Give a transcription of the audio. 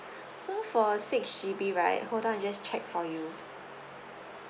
so for a six G_B right hold on I just check for you